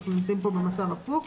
אנחנו נמצאים פה במצב הפוך.